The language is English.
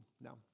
No